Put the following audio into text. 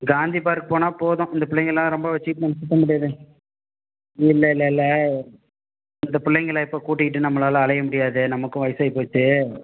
Gandhi park போனால் போதும் இந்த பிள்ளைங்கலாம் ரொம்ப வச்சுக்கிட்டு நம்ம சுற்ற முடியாது இல்லைல்லல்ல ரெண்டு பிள்ளைங்கள இப்போ கூட்டிக்கிட்டு நம்மளால் அலைய முடியாது நமக்கு வயிசாகி போச்சு